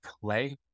play